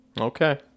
Okay